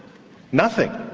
nothing.